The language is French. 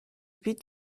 but